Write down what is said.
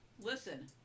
Listen